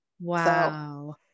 wow